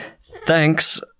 Thanks